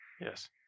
Yes